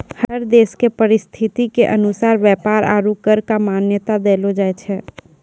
हर देश के परिस्थिति के अनुसार व्यापार आरू कर क मान्यता देलो जाय छै